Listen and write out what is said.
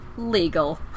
legal